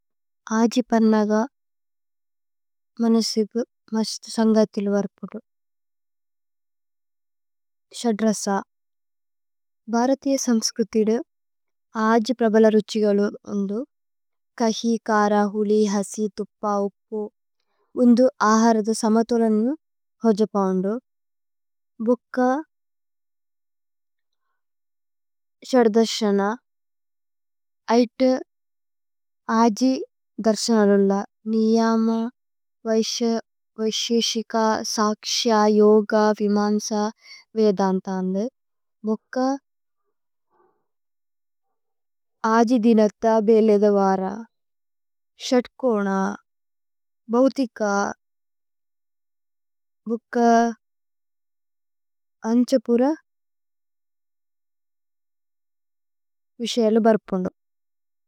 ആജിപന്നഗ മനസീഗു മസ്ത്। സന്ഗയഥില് വര്പദു ശദ്രസ ഭാരഥിയ। സമ്സ്കുഥിദു ആജി പ്രബല രുഛിഗലു ഉന്ദു। കഹി, കാര, ഹുലി, ഹസി, തുപ്പ, ഉപ്പു, ഉന്ദു। ആഹരദു സമഥോലനു ഹോജപ ഉന്ദു। ഭുക്ക ശദ്ദര്സന ഐതു ആജി ദര്സനരുല। നിയമ വൈശ്യ വൈശേശിക। സക്ശ യോഗ വിമന്സ വേദന്ത അന്ദു ഭുക്ക। ആജിദിനഥ ഭേലേദവര ശത്കോന ഭൌതിക। ഭുക്ക അന്ജപുര വിസയല ബര്പുന്ദു।